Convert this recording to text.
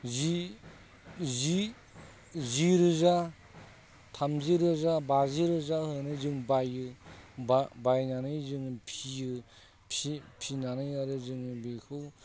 जि जि जि रोजा थामजि रोजा बाजि रोजा होनानै जों बायो बा बायनानै जोङो फिसियो फिनानै आरो जोङो बेखौ